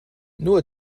nur